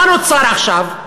מה נוצר עכשיו?